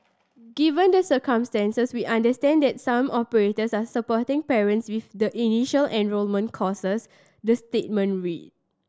given the circumstances we understand that some operators are supporting parents with the initial enrolment costs the statement read